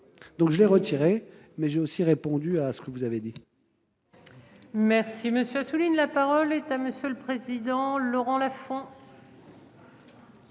Donc je l'ai retiré mais j'ai aussi répondu à à ce que vous avez dit. Merci monsieur Assouline. La parole est à monsieur le président Laurent Lafon.